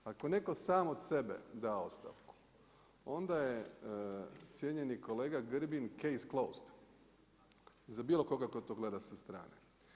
Ako netko sam od sebe da ostavku, onda je cijenjeni kolega Grbin „case closed“ za bilo koga tko to gleda sa strane.